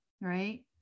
right